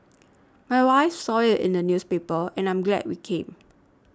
my wife saw it in the newspaper and I'm glad we came